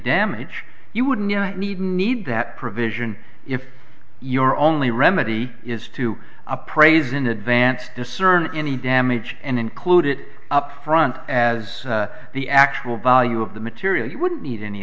damage you wouldn't need need that provision if your only remedy is to appraise in advance discern any damage and include it upfront as the actual value of the material you would need any